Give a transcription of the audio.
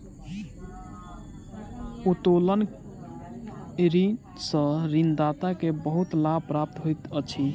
उत्तोलन ऋण सॅ ऋणदाता के बहुत लाभ प्राप्त होइत अछि